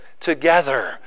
together